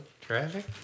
Traffic